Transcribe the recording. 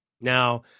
Now